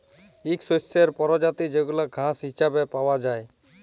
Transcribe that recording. ইক শস্যের পরজাতি যেগলা ঘাঁস হিছাবে পাউয়া যায়